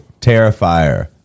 Terrifier